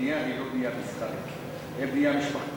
שהבנייה היא לא בנייה מסחרית, היא בנייה משפחתית.